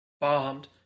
bombed